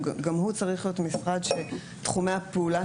גם הוא צריך להיות משרד שתחומי הפעולה